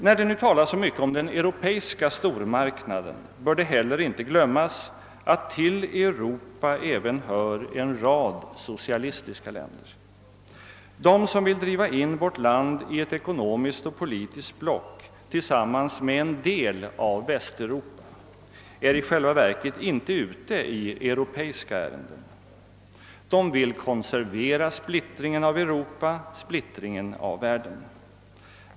När det nu diskuteras så mycket om den europeiska stormarknaden bör det heller inte glömmas, att till Europa även hör en rad socialistiska länder. De som vill driva in vårt land i ett ekonomiskt och politiskt block tillsammans med en del av Västeuropa är i själva verket inte ute i »europeiska» ärenden. De vill konservera splittringen av Europa, splittringen av världen.